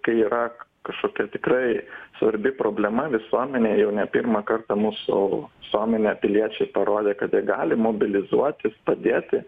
kai yra kažkokia tikrai svarbi problema visuomenė jau ne pirmą kartą mūsų visuomenė piliečiai parodė kad jie gali mobilizuotis padėti